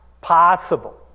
possible